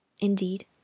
Indeed